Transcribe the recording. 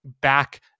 back